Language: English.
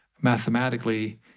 Mathematically